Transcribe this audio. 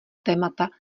témata